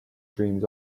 dreams